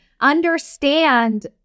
Understand